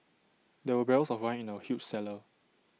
there were barrels of wine in the huge cellar